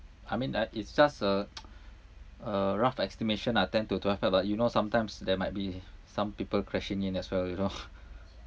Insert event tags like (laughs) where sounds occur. I mean uh it's just a (noise) a rough estimation ah ten to twelve but you know sometimes there might be some people crashing in as well you know (laughs)